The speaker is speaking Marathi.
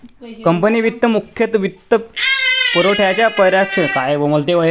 कंपनी वित्त मुख्यतः वित्तपुरवठ्याच्या पर्यवेक्षणाशी संबंधित आहे